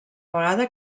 vegada